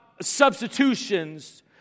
substitutions